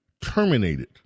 terminated